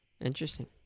Interesting